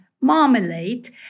marmalade